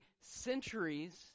centuries